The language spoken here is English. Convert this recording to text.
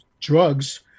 drugs